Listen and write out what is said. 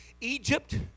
Egypt